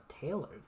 tailored